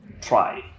Try